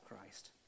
Christ